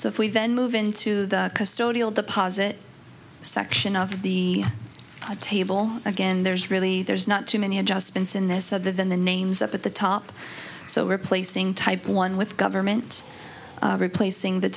so if we then move into the custodial deposit section of the table again there's really there's not too many adjustments in this other than the names up at the top so we're placing type one with government replacing the